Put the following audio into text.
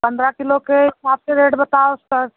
पंद्रह किलो के हिसाब से रेट बताओ उसका